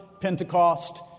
Pentecost